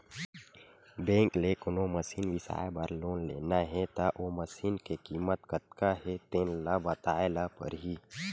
bank ले कोनो machine बिसाए बर लोन लेना हे त ओ मसीनी के कीमत कतका हे तेन ल बताए ल परही